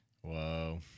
Whoa